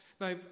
Now